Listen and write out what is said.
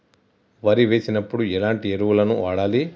వరి వేసినప్పుడు ఎలాంటి ఎరువులను వాడాలి?